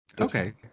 Okay